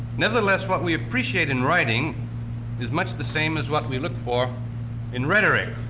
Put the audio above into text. nevertheless, what we appreciate in writing is much the same as what we look for in rhetoric.